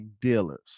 Dealers